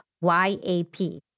Y-A-P